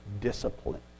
discipline